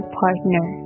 partner